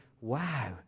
wow